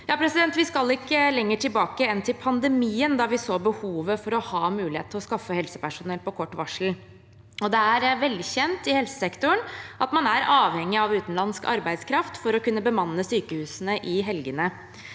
Vi skal ikke lenger tilbake enn til pandemien da vi så behovet for å ha mulighet til å skaffe helsepersonell på kort varsel, og det er velkjent i helsesektoren at man er avhengig av utenlandsk arbeidskraft for å kunne bemanne sykehusene i helgene.